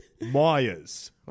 Myers